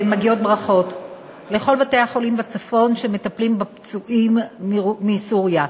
מגיעות ברכות לכל בתי-החולים בצפון שמטפלים בפצועים מסוריה.